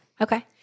okay